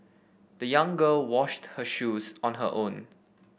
the young girl washed her shoes on her own